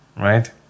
right